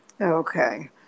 Okay